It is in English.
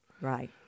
Right